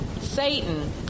Satan